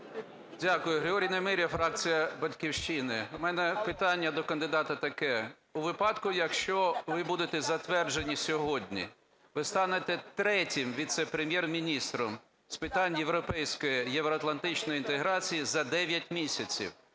Дякую. Григорій Немиря, фракція "Батьківщина". У мене питання до кандидата таке. У випадку, якщо ви будете затверджені сьогодні, ви станете третім Віце-прем'єр-міністром з питань європейської та євроатлантичної інтеграції за 9 місяців